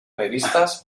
revistas